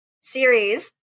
series